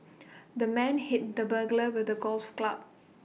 the man hit the burglar with A golf's club